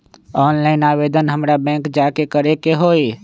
Online आवेदन हमरा bank जाके करे के होई?